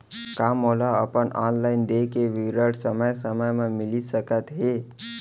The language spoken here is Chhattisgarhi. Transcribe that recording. का मोला अपन ऑनलाइन देय के विवरण समय समय म मिलिस सकत हे?